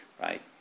right